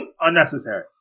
Unnecessary